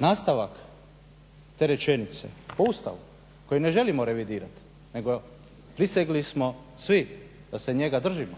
nastavak te rečenice po Ustavu koji ne želimo revidirati nego prisegli smo svi da se njega držimo